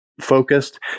focused